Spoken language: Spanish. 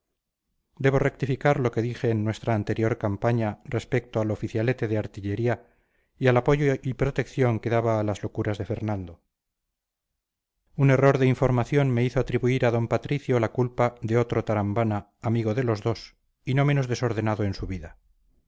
debo rectificar lo que dije en nuestra anterior campaña respecto al oficialete de artillería y al apoyo y protección que daba a las locuras de fernando un error de información me hizo atribuir a d patricio la culpa de otro tarambana amigo de los dos y no menos desordenado en su vida